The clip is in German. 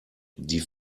die